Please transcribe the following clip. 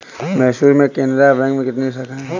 मैसूर में केनरा बैंक की कितनी शाखाएँ है?